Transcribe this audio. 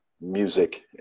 music